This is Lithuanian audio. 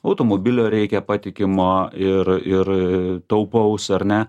automobilio reikia patikimo ir ir taupaus ar ne